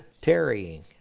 tarrying